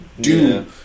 dude